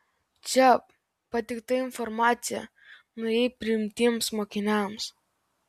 čia pateikta informacija naujai priimtiems mokiniams